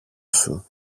σου